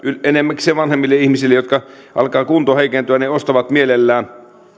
enimmäkseen vanhemmille ihmisille joilla alkaa kunto heikentyä he ostavat mielellään